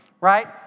right